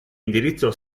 indirizzo